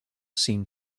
seemed